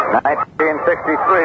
1963